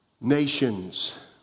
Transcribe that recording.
Nations